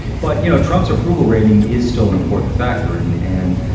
but, you know, trump's approval rating is still an important factor. and, and